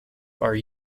are